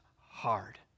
hard